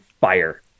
fire